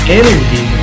energy